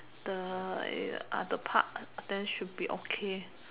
the eh ah the park then should be okay